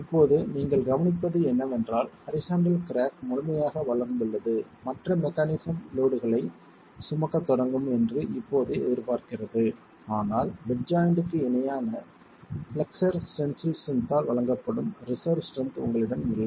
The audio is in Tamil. இப்போது நீங்கள் கவனிப்பது என்னவென்றால் ஹரிசாண்டல் கிராக் முழுமையாக வளர்ந்துள்ளது மற்ற மெக்கானிசம் லோட்களைச் சுமக்கத் தொடங்கும் என்று இப்போது எதிர்பார்க்கிறது ஆனால் பெட் ஜாய்ண்ட்க்கு இணையான பிளெக்ஸ்ஸர் டென்சில் ஸ்ட்ரென்த் ஆல் வழங்கப்படும் ரிசெர்வ் ஸ்ட்ரென்த் உங்களிடம் இல்லை